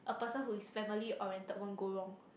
a person who is family oriented won't go wrong